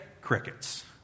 Crickets